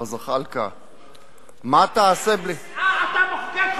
מר זחאלקה, מה תעשה בלי השנאה, מר זחאלקה?